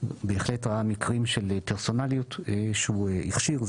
בהחלט ראה מקרים של פרסונליות שהוא הכשיר,